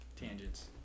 Tangents